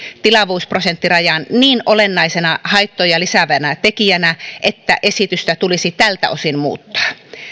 tilavuusprosenttirajaan niin olennaisena haittoja lisäävänä tekijänä että esitystä tulisi tältä osin muuttaa